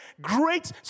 great